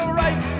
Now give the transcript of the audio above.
right